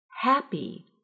Happy